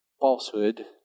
falsehood